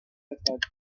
records